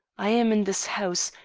i am in this house,